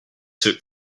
took